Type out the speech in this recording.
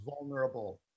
vulnerable